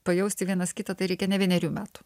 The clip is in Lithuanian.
pajausti vienas kitą tai reikia ne vienerių metų